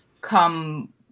come